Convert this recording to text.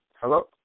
Hello